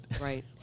Right